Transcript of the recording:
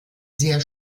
sehr